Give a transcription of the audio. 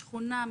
שכונה,